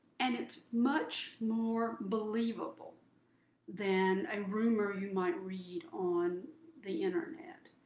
and it's much more believable than a rumor you might read on the internet.